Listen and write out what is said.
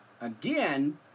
again